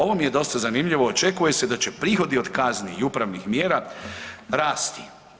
Ovo mi je dosta zanimljivo, očekuje se da će prihodi od kazni i upravni mjera rasti.